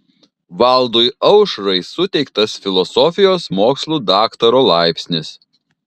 valdui aušrai suteiktas filosofijos mokslų daktaro laipsnis